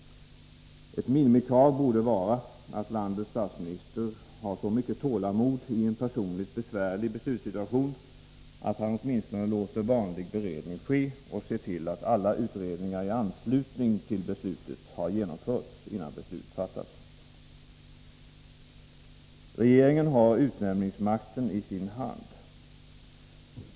Ett minimikrav borde vara att landets statsminister har så mycket tålamod i en personligt besvärlig beslutssituation att han åtminstone låter vanlig beredning ske och ser till att alla utredningar i anslutning till beslutet har genomförts innan beslut fattas. Regeringen har utnämningsmakten i sin hand.